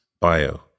bio